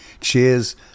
Cheers